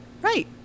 Right